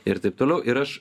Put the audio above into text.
ir taip toliau ir aš